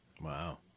Wow